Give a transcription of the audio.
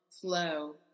flow